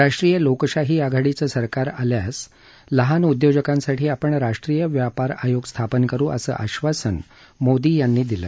राष्ट्रीय लोकशाही आघाडीचं सरकार आल्यास लहान उद्योजकांसाठी आपण राष्ट्रीय व्यापार आयोग स्थापन करु असं आश्वासन मोदी यांनी दिलं